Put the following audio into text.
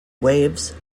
waves